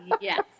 Yes